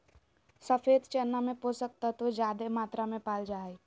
सफ़ेद चना में पोषक तत्व ज्यादे मात्रा में पाल जा हइ